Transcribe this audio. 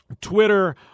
Twitter